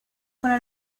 para